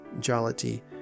jollity